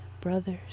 brothers